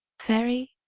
fairy,